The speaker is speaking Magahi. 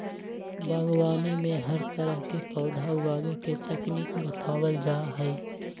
बागवानी में हर तरह के पौधा उगावे के तकनीक बतावल जा हई